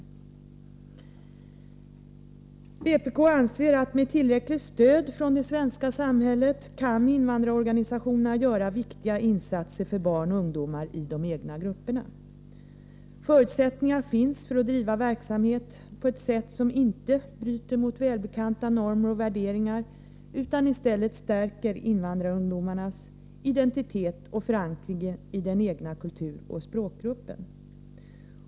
Vpk anser att invandrarorganisationerna med tillräckligt stöd från det svenska samhället kan göra viktiga insatser för barn och ungdomar i de egna grupperna. Förutsättningar finns för att driva verksamhet på ett sätt som inte bryter mot välbekanta normer och värderingar utan i stället stärker invandrarungdomarnas identitet och förankring i den egna kulturoch språkgruppen. Herr talman!